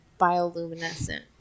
bioluminescent